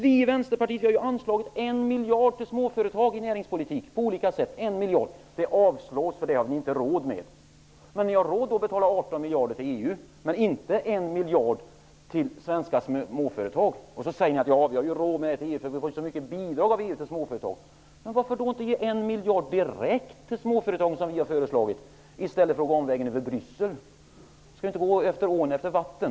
Vi i Vänsterpartiet vill anslå en miljard till småföretagen. Det förslaget avstyrks, för det har man inte råd med. Ni har råd med att betala 18 miljarder till EU men inte en miljard till svenska småföretag. Ni säger att vi har råd med pengarna till EU, eftersom vi får så stora bidrag från EU till småföretagen. Men varför inte ge en miljard direkt till småföretagen, vilket vi har föreslagit, i stället för att gå omvägen över Bryssel? Man skall inte gå över ån efter vatten.